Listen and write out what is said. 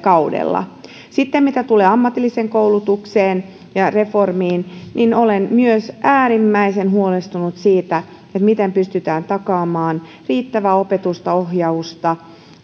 kaudella sitten mitä tulee ammatilliseen koulutukseen ja reformiin niin olen myös äärimmäisen huolestunut siitä miten pystytään takaamaan riittävää opetusta ohjausta